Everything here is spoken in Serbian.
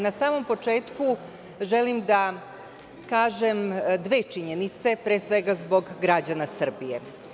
Na samom početku želim da kažem dve činjenice, pre svega, zbog građana Srbije.